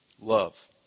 love